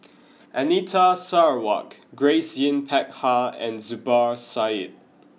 Anita Sarawak Grace Yin Peck Ha and Zubir Said